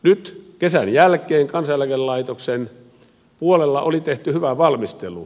nyt kesän jälkeen kansaneläkelaitoksen puolella oli tehty hyvä valmistelu